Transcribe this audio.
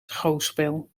schouwspel